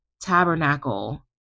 tabernacle